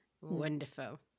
Wonderful